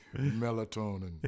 Melatonin